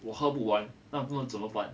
我喝不完那不懂怎么办